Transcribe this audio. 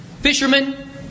fishermen